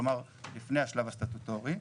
כלומר לפני השלב הסטטוטורי.